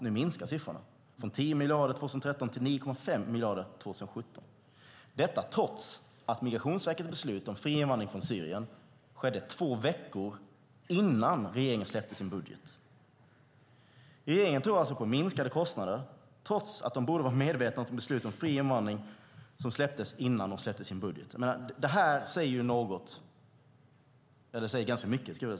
Nu går siffrorna ned, från 10 miljarder år 2013 till 9,5 miljarder år 2017, detta trots att Migrationsverkets beslut om fri invandring från Syrien fattades två veckor innan regeringen släppte sin budget. Regeringen tror alltså på minskade kostnader trots att man borde vara medveten om beslutet om fri invandring som kom innan man släppte sin budget. Det säger ganska mycket.